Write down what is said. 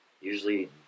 Usually